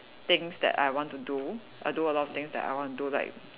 things that I want to do I do a lot of things that I want to do like